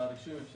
גם